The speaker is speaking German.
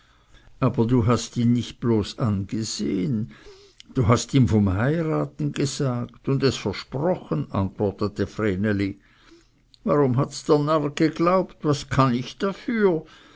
aber du hast nicht bloß ihn angesehen du hast ihm vom heiraten gesagt und es versprochen antwortete vreneli warum hats der narr geglaubt was kann ich dafür